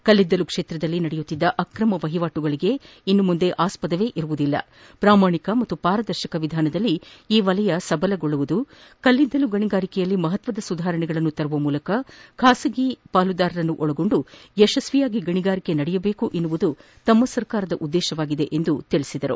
ಕಳ್ಲಿದ್ದಲು ಕ್ಷೇತ್ರದಲ್ಲಿ ನಡೆಯುತ್ತಿದ್ದ ಅಕ್ರಮ ವಹಿವಾಟಗೆ ಇನ್ನು ಆಸ್ಪದ ಇರುವುದಿಲ್ಲ ಪ್ರಾಮಾಣಿಕ ಮತ್ತು ಪಾರದರ್ಶಕ ವಿಧಾನದಲ್ಲಿ ಈ ವಲಯ ಸಬಲಗೊಳ್ಳಲಿದೆ ಕಲ್ಲಿದ್ದಲು ಗಣಿಗಾರಿಕೆಯಲ್ಲಿ ಮಹತ್ವದ ಸುಧಾರಣೆಗಳನ್ನು ತರುವ ಮೂಲಕ ಖಾಸಗಿ ಪಾಲುದಾರರನ್ನು ಒಳಗೊಂಡು ಯಶಸ್ವಿಯಾಗಿ ಗಣಿಗಾರಿಕೆ ನಡೆಯಬೇಕು ಎನ್ನುವುದು ತಮ್ನ ಸರ್ಕಾರದ ಉದ್ದೇಶವಾಗಿದೆ ಎಂದು ಅವರು ಹೇಳಿದರು